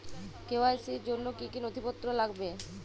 KYC র জন্য কি কি নথিপত্র লাগবে?